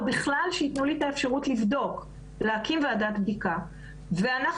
או בכלל שיתנו לי את האפשרות להקים ועדת בדיקה ולבדוק.